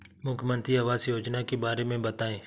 मुख्यमंत्री आवास योजना के बारे में बताए?